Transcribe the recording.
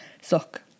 suck